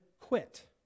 quit